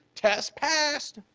test passed.